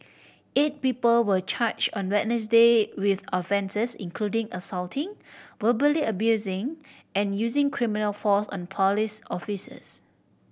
eight people were charged on Wednesday with offences including assaulting verbally abusing and using criminal force on police officers